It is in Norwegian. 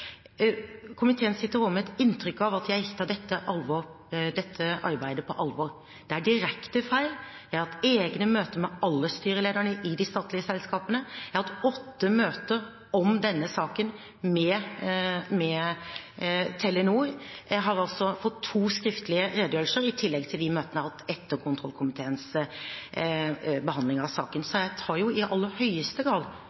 Komiteen sitter også med et inntrykk av at jeg ikke tar dette arbeidet på alvor. Det er direkte feil. Jeg har hatt egne møter med alle styrelederne i de statlige selskapene, jeg har hatt åtte møter om denne saken med Telenor. Jeg har også fått to skriftlige redegjørelser i tillegg til de møtene jeg har hatt etter kontrollkomiteens behandling av saken, så jeg tar i aller høyeste grad